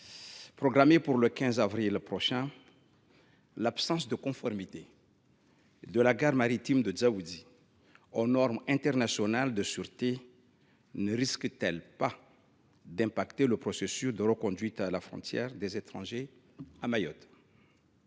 programmée le 15 avril prochain, l’absence de conformité de la gare maritime de Dzaoudzi aux normes internationales de sécurité ne risque t elle pas d’affecter le processus de reconduite à la frontière des étrangers à Mayotte ?